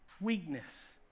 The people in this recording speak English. weakness